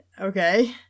Okay